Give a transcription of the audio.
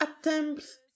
attempts